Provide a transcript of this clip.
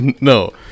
No